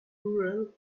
cruel